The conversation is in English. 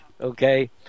okay